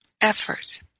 effort